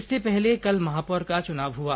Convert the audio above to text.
इससे पहले कल महापौर का चुनाव हुआ